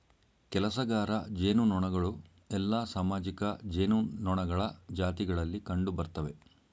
ಕೆಲಸಗಾರ ಜೇನುನೊಣಗಳು ಎಲ್ಲಾ ಸಾಮಾಜಿಕ ಜೇನುನೊಣಗಳ ಜಾತಿಗಳಲ್ಲಿ ಕಂಡುಬರ್ತ್ತವೆ